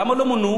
למה לא מונו?